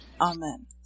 Amen